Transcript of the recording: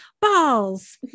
balls